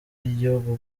y’igihugu